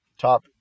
top